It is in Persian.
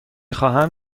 خواهمم